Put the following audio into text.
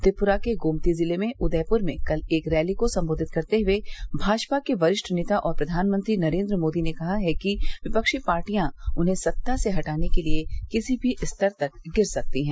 त्रिप्रा के गोमती जिले में उदयपुर में कल एक रैली को संबेधित करते हुए भाजपा के वरिष्ठ नेता और प्रधानमंत्री नरेन्द्र मोदी ने कहा कि विपक्षी पार्टियां उन्हें सत्ता से हटाने के लिए किसी भी स्तर तक गिर सकती हैं